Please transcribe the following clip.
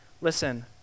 Listen